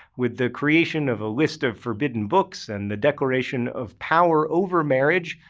with the creation of a list of forbidden books and the declaration of power over marriage,